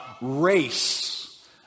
race